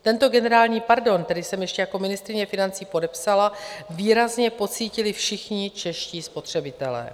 Tento generální pardon, který jsem ještě jako ministryně financí podepsala, výrazně pocítili všichni čeští spotřebitelé.